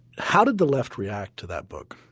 how did the left react to that book